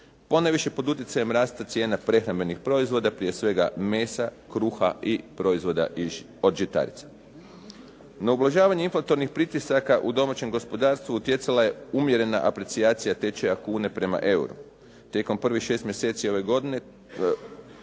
ponajviše pod utjecajem rasta cijena prehrambenih proizvoda prije svega mesa, kruha i proizvoda od žitarica. Na ublažavanje inflatornih pritisaka u domaćem gospodarstvu utjecala je umjerena aprecijacija tečaja kune prema euru. Tijekom prvih šest mjeseci ove godine